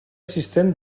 assistent